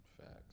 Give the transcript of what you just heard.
Facts